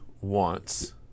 wants